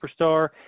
superstar